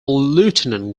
lieutenant